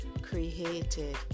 created